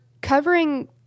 covering